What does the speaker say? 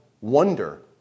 wonder